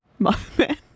mothman